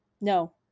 No